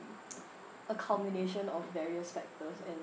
a culmination of various factors and